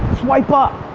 swipe up.